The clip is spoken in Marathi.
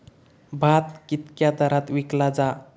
भात कित्क्या दरात विकला जा?